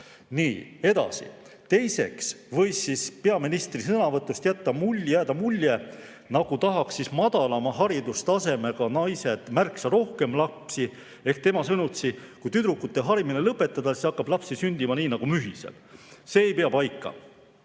Nii, edasi. Teiseks võis peaministri sõnavõtust jääda mulje, nagu tahaks madalama haridustasemega naised märksa rohkem lapsi. Ehk tema sõnutsi, kui tüdrukute harimine lõpetada, siis hakkab lapsi sündima nii nagu mühiseb. See ei pea paika.